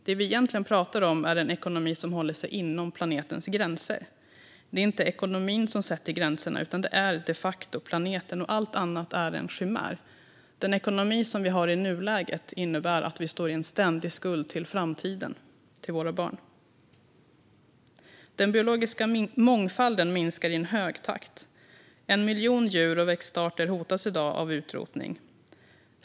Det vi egentligen pratar om är en ekonomi som håller sig inom planetens gränser - det är inte ekonomin som sätter gränserna, utan det är de facto planeten. Allt annat är en chimär. Den ekonomi som vi har i nuläget innebär att vi står i ständig skuld till framtiden, till våra barn. Den biologiska mångfalden minskar i en hög takt. En miljon djur och växtarter hotas i dag av utrotning.